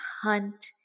hunt